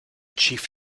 chief